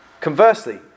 Conversely